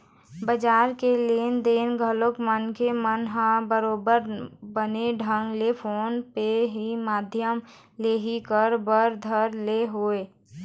बजार के लेन देन घलोक मनखे मन ह बरोबर बने ढंग ले फोन पे के माधियम ले ही कर बर धर ले हवय